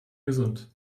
gesund